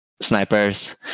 snipers